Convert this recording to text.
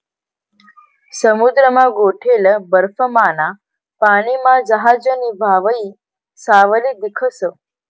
समुद्रमा गोठेल बर्फमाना पानीमा जहाजनी व्हावयी सावली दिखस